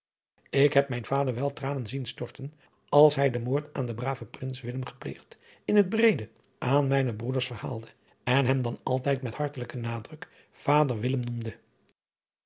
ik heb mijn vader wel tranen zien storten als hij den moord aan den braven prins willem gepleegd in het breede aan mijne broeders verhaalde en hem dan altijd met hartelijke nadruk vader willem noemde